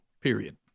period